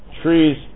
trees